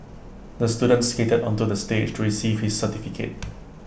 the student skated onto the stage to receive his certificate